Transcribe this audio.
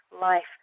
life